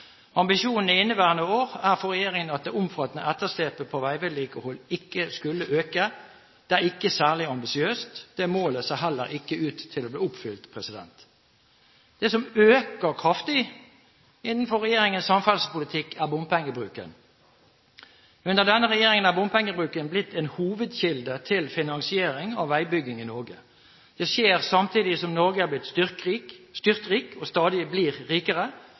Ambisjonen i inneværende år er for regjeringen at det omfattende etterslepet på veivedlikeholdet ikke skulle øke. Det er ikke særlig ambisiøst. Det målet ser heller ikke ut til å bli oppfylt. Det som øker kraftig innenfor regjeringens samferdselspolitikk, er bompengebruken. Under denne regjeringen er bompengebruken blitt en hovedkilde til finansiering av veibygging i Norge. Det skjer samtidig som Norge er blitt styrtrik og stadig blir rikere,